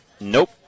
Nope